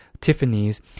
Tiffany's